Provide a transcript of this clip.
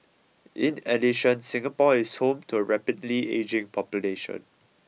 in addition Singapore is home to a rapidly ageing population